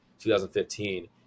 2015